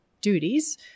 duties